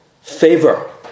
favor